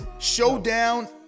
Showdown